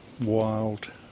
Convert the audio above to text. Wild